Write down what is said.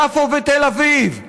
יפו ותל אביב,